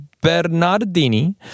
Bernardini